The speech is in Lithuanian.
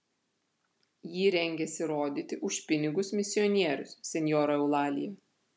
jį rengiasi rodyti už pinigus misionierius senjora eulalija